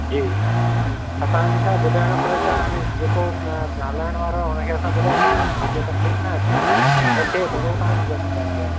जी असांखे छा ॿुधाइणु फर्ज़ु आहे हाणे जेको हलाइणु वारो आहे हुनखे सभु ॿुधाए छॾींदा आहियूं भई हीअ तकलीफ़ु न अचे अचे त पोइ हू तव्हांजी जिमेदारी आहे